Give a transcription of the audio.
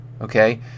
okay